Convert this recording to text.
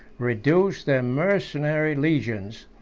seduced their mercenary legions,